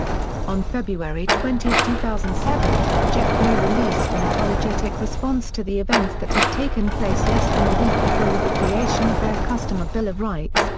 on february twenty, two thousand and seven, jetblue released an apologetic response to the events that had taken place less than a week before with the creation of their customer bill of rights,